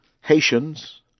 Haitians